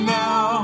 now